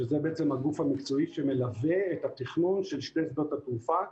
וזה הגוף המקצועי שמלווה את התכנון של שני שדות התעופה,